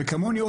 כמוני,